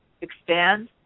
expand